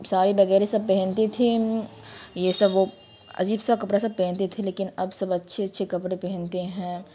ساری وغیرہ سب پہنتی تھی یہ سب عجیب سا کپڑا سب پہنتے تھے لیکن اب سب اچھے اچھے کپڑے پہنتے ہیں